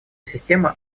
система